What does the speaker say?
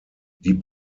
die